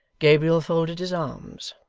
gabriel folded his arms,